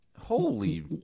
Holy